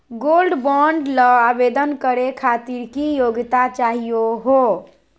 Gold bond ल आवेदन करे खातीर की योग्यता चाहियो हो?